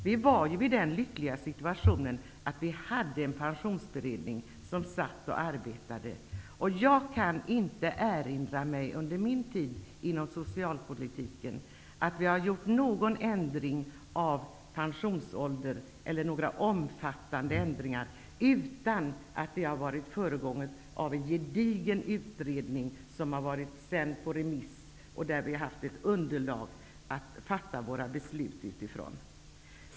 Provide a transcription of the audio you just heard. Vi var ju i den lyckliga situationen att ha en arbetande pensionsberedning. Jag kan inte under min tid inom socialpolitiken erinra mig att vi har gjort någon ändring av pensionsåldern, eller någon annan omfattande ändring, utan att den varit föregången av en gedigen utredning med förslag utsända på remiss för att ha underlag att fatta beslut utifrån.